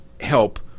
help